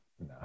No